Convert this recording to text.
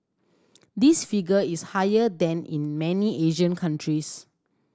this figure is higher than in many Asian countries